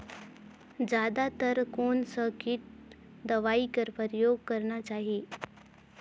जादा तर कोन स किट दवाई कर प्रयोग करना चाही?